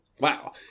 wow